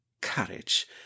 Courage